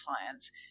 clients